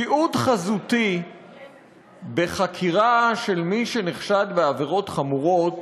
תיעוד חזותי בחקירה של מי שנחשד בעבירות חמורות